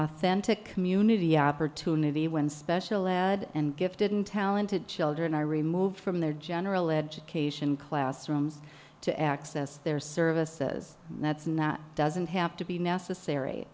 authentic community opportunity when special ed and gifted and talented children are removed from their general education classrooms to access their services that's now doesn't have to be necessary